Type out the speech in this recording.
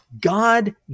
God